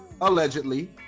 allegedly